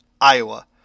Iowa